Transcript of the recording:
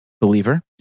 believer